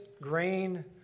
grain